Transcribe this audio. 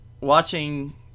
Watching